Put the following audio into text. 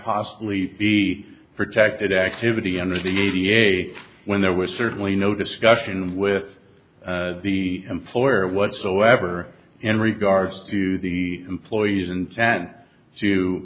possibly be protected activity under the a b a when there was certainly no discussion with the employer whatsoever in regards to the employee's intent to